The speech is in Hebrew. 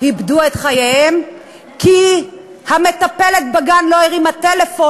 איבדו את חייהם כי המטפלת בגן לא הרימה טלפון